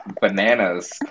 bananas